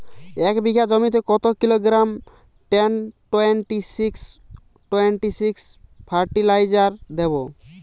এক বিঘা জমিতে কত kilogram ten twenty six twenty six fertiliser দেবো?